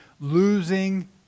losing